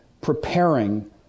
preparing